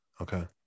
okay